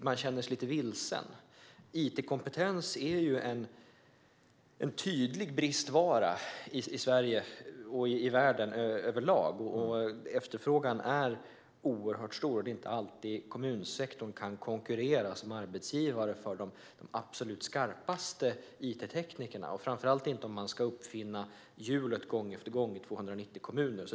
Man känner sig alltså lite vilsen. It-kompetens är ju en tydlig bristvara i Sverige och i världen överlag, och efterfrågan är oerhört stor. Det är inte alltid kommunsektorn kan konkurrera som arbetsgivare om de absolut skarpaste it-teknikerna, framför allt inte om man ska uppfinna hjulet gång efter gång i 290 kommuner.